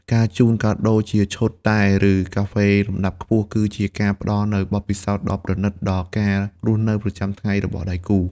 ការជូនកាដូជាឈុតតែ ឬកាហ្វេលំដាប់ខ្ពស់ គឺជាការផ្ដល់នូវបទពិសោធន៍ដ៏ប្រណីតដល់ការរស់នៅប្រចាំថ្ងៃរបស់ដៃគូ។